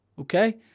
okay